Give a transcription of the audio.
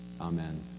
Amen